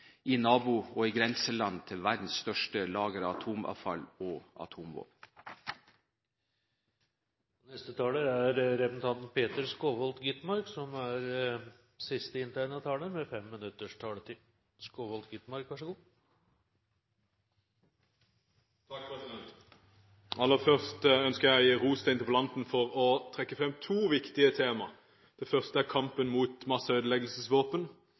til – og med grense til – verdens største lager av atomavfall og atomvåpen. Aller først ønsker jeg å gi ros til interpellanten for trekke frem to viktige tema. Det første er kampen mot